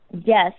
Yes